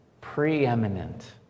preeminent